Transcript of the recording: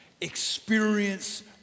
Experience